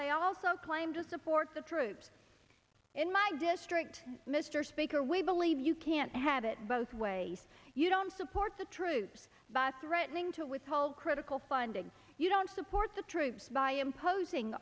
they also claim to support the troops in my district mr speaker we believe you can't have it both ways you don't support the troops by threatening to withhold critical funding you don't support the troops by imposing